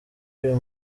uyu